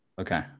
Okay